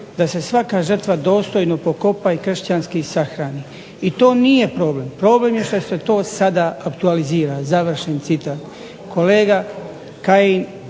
da se svaka žrtva dostojno pokopa i kršćanski sahrani. I to nije problem, problem je to što se to sada aktualizira". Kolega Kajin,